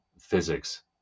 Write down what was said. physics